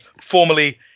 formally